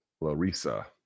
Larissa